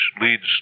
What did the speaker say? leads